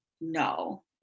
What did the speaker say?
No